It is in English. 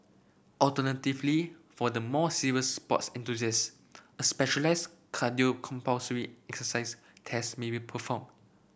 alternatively for the more serious sports enthusiast a specialised cardiopulmonary exercise test may be performed